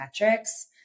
metrics